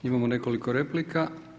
Imamo nekoliko replika.